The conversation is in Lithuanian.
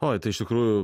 oi tai iš tikrųjų